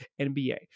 NBA